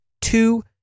two